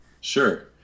Sure